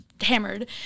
hammered